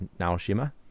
naoshima